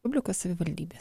publikos savivaldybės